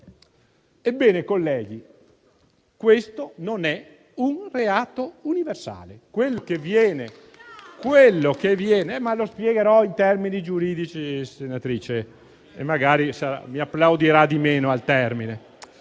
Ebbene, colleghi, questo non è un reato universale.